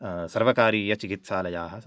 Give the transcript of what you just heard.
सर्वकारीयचिकित्सालयाः सन्ति